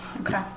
Okay